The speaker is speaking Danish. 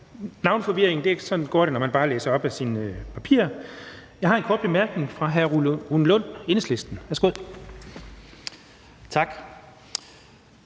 navneforvirringen – sådan går det, når man bare læser op af sine papirer. Der er en kort bemærkning fra hr. Rune Lund, Enhedslisten. Værsgo. Kl.